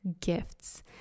gifts